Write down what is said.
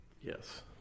Yes